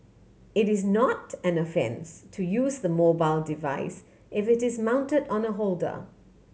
it is not an offence to use the mobile device if it is mounted on a holder